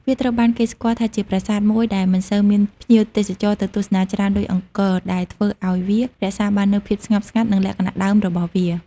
វាត្រូវបានគេស្គាល់ថាជាប្រាសាទមួយដែលមិនសូវមានភ្ញៀវទេសចរទៅទស្សនាច្រើនដូចអង្គរ ដែលធ្វើឲ្យវារក្សាបាននូវភាពស្ងប់ស្ងាត់ និងលក្ខណៈដើមរបស់វា។